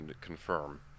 confirm